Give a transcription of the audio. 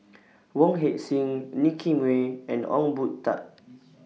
Wong Heck Sing Nicky Moey and Ong Boon Tat